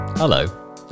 Hello